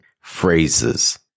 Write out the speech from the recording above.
phrases